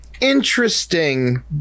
interesting